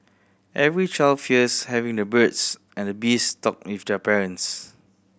every child fears having the birds and the bees talk with their parents